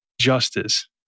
justice